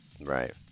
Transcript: Right